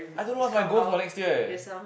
I don't know what's my goal for next year eh